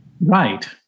Right